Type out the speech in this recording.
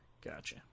Gotcha